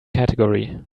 category